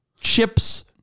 chips